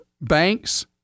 banks